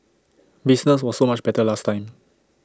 business was so much better last time